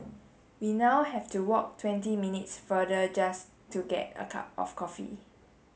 we now have to walk twenty minutes farther just to get a cup of coffee